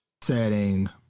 setting